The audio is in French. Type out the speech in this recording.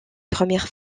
premières